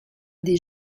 des